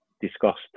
discussed